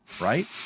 right